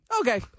Okay